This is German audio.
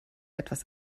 etwas